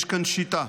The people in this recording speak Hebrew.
יש כאן שיטה.